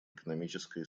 экономическая